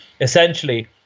essentially